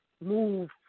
move